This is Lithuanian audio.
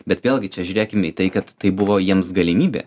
bet vėlgi čia žiūrėkim į tai kad tai buvo jiems galimybė